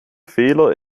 fehler